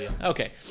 Okay